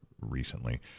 recently